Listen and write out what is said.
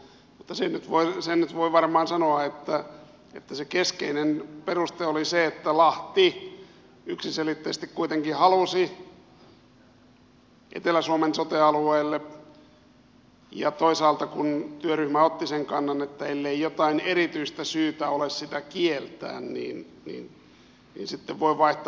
mutta sen nyt voi varmaan sanoa että se keskeinen peruste oli se että lahti yksiselitteisesti kuitenkin halusi etelä suomen sote alueelle ja toisaalta kun työryhmä otti sen kannan että ellei jotain erityistä syytä ole sitä kieltää niin sitten voi vaihtaa